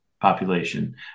population